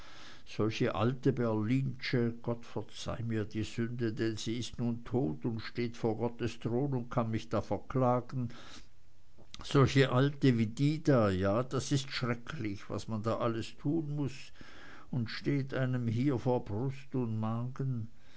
solche alte berlinsche gott verzeih mir die sünde denn sie ist nun tot und steht vor gottes thron und kann mich da verklagen solche alte wie die da ja das ist schrecklich was man da alles tun muß und steht einem hier vor brust und magen